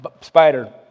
spider